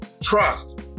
trust